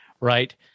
right